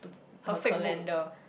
her calendar